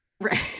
Right